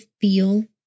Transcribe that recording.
feel